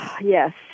Yes